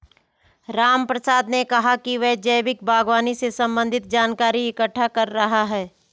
रामप्रसाद ने कहा कि वह जैविक बागवानी से संबंधित जानकारी इकट्ठा कर रहा है